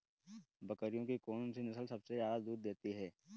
बकरियों की कौन सी नस्ल सबसे ज्यादा दूध देती है?